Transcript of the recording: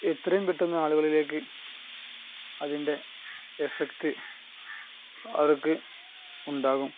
എത്രയും പെട്ടെന്ന് ആളുകളിലേക്ക് അതിൻ്റെ എഫക്റ്റ് അവർക്ക് ഉണ്ടാകും